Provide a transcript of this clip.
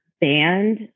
band